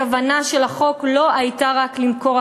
הכוונה של החוק לא הייתה רק למכור,